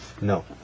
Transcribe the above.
No